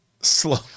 slow